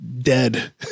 dead